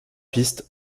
pistes